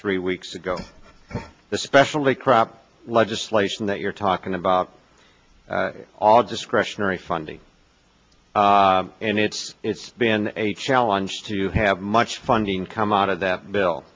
three weeks ago especially crop legislation that you're talking about all discretionary funding and it's it's been a challenge to have much funding come out of that bill